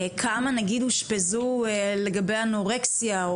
כמה נגיד אשפזו לגבי אנורקסיה,